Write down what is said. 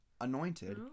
anointed